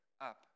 up